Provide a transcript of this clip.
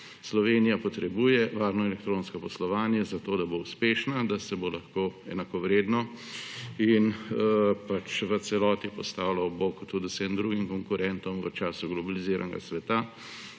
Slovenija potrebuje varno elektronsko poslovanje, zato da bo uspešna, da se bo lahko enakovredno in v celoti postavila ob bok tudi vsem drugim konkurentom v času globaliziranega sveta.